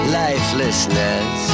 lifelessness